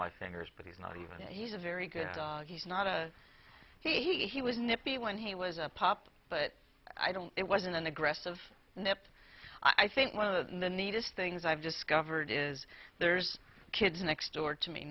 my fingers but he's not even he's a very good he's not a he was nippy when he was a pup but i don't it wasn't an aggressive nip i think one of the the neatest things i've discovered is there's kids next door to m